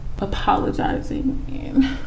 apologizing